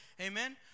amen